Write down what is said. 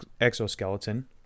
exoskeleton